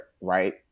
right